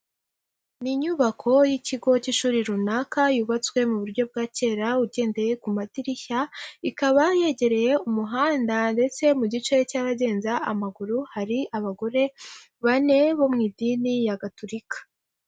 Ni inyubako y'ikigo cy'ishuri runaka yubatswe mu buryo bwa kera ugendeye ku madirishya, ikaba yegereye umuhanda ndetse mu gice cy'ahagenza amaguru hari abagore bane bo mu Idini ya Gatulika.